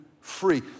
free